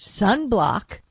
sunblock